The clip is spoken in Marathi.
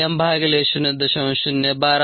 012 Km0